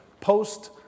post